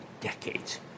decades